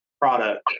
product